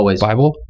Bible